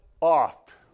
oft